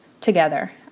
together